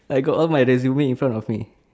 I got all my resume in front of me